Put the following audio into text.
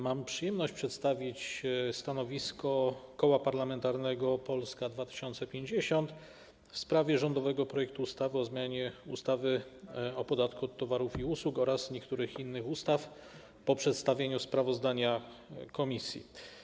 Mam przyjemność przedstawić stanowisko Koła Parlamentarnego Polska 2050 w sprawie rządowego projektu ustawy o zmianie ustawy o podatku od towarów i usług oraz niektórych innych ustaw, po przedstawieniu sprawozdania komisji.